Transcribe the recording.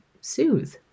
soothe